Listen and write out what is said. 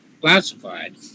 classified